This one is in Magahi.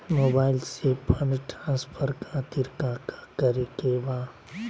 मोबाइल से फंड ट्रांसफर खातिर काका करे के बा?